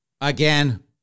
again